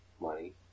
money